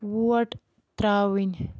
وۄٹھ ترٛاوٕنۍ